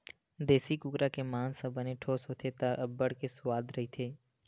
देसी कुकरा के मांस ह बने ठोस होथे त अब्बड़ के सुवाद रहिथे